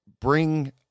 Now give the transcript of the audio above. bring